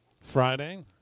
Friday